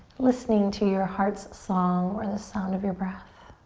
listening to your heart's song or the sound of your breath.